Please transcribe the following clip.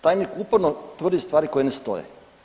Tajnik uporno tvrdi stvari koje ne stoje.